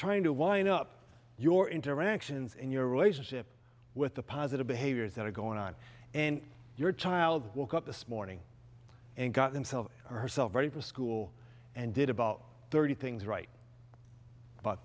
trying to wind up your interactions and your relationship with the positive behaviors that are going on in your child walk up this morning and got himself or herself ready for school and did about thirty things right about